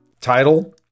title